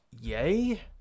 Yay